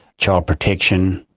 child protection,